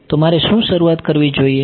તો મારે શું શરૂઆત કરવી જોઈએ